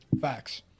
Facts